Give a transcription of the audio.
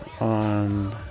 on